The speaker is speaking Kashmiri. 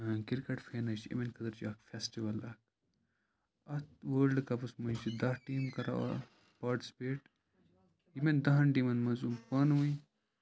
ٲں کِرکَٹ فینٕز چھِ یِمَن خٲطرٕ چھِ اکھ فیٚسٹِوَل اَکھ اَتھ وٲلڈٕ کَپَس منٛز چِھ دَہ ٹِیٖم کران پاٹسِپِیٖٹ یِمَن دَہَن ٹِیٖمَن منٛز پانہٕ ؤنۍ